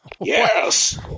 Yes